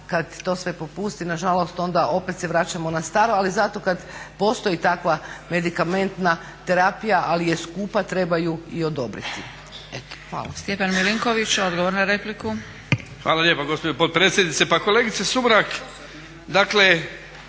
kad to sve popusti na žalost onda opet se vraćamo na staro. Ali zato kad postoji takva medikamentna terapija ali je skupa treba ju i odobriti.